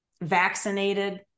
vaccinated